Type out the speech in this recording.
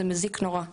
זה מזיק נורא.